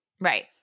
Right